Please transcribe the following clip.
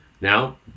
Now